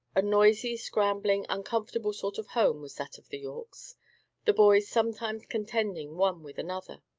a noisy, scrambling, uncomfortable sort of home was that of the yorkes the boys sometimes contending one with another,